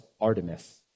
Artemis